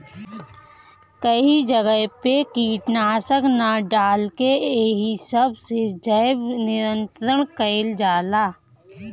कई जगह पे कीटनाशक ना डाल के एही सब से जैव नियंत्रण कइल जाला